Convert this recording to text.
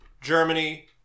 Germany